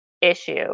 issue